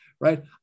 right